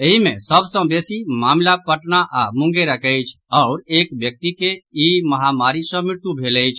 एहि मे सभ सँ बेसी मामिला पटना आओर मुंगेरक अछि आओर एक व्यक्ति के ई महामारी सँ मृत्यु भेल अछि